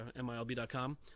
MILB.com